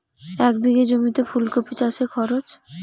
এক বিঘে জমিতে ফুলকপি চাষে খরচ?